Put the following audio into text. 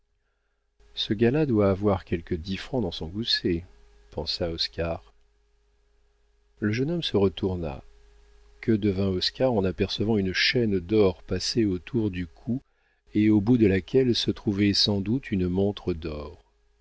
ce gars-là doit avoir quelques dix francs dans son gousset pensa oscar le jeune homme se retourna que devint oscar en apercevant une chaîne d'or passée autour du cou et au bout de laquelle se trouvait sans doute une montre d'or